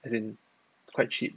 as in quite cheap